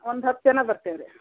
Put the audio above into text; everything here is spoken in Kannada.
ಒಂದು ಹತ್ತು ಜನ ಬರ್ತೇವೆ ರೀ